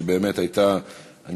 שבאמת הייתה גם טעימה,